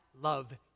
love